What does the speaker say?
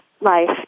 life